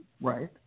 right